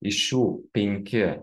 iš šių penki